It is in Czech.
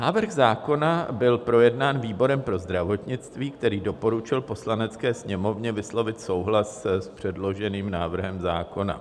Návrh zákona byl projednán výborem pro zdravotnictví, který doporučil Poslanecké sněmovně vyslovit souhlas s předloženým návrhem zákona.